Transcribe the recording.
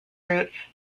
route